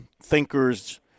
thinkers